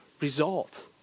result